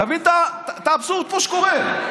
אתה מבין את האבסורד שקורה פה?